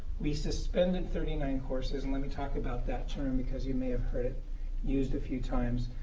we suspended thirty nine courses, and let me talk about that term, because you may have heard it used a few times.